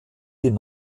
den